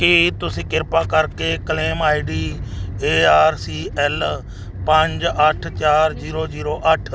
ਕੀ ਤੁਸੀਂ ਕਿਰਪਾ ਕਰਕੇ claim I D A R C L ਪੰਜ ਅੱਠ ਚਾਰ ਜੀਰੋ ਜੀਰੋ ਅੱਠ